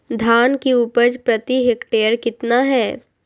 धान की उपज प्रति हेक्टेयर कितना है?